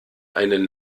einen